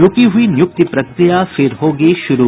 रूकी हुई नियुक्ति प्रक्रिया फिर होगी शुरू